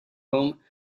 home